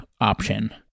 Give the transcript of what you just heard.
option